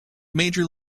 major